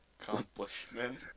accomplishment